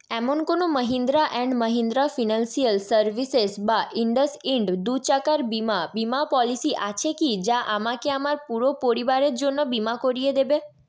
এমন কোন Mahindra and Mahindra financial services বা ইন্ডাসইন্ড ব্যাঙ্ক দু চাকার বীমা বীমা পলিসি আছে কি যা আমাকে আমার পুরো পরিবারের জন্য বীমা করিয়ে দেবে